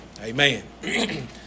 Amen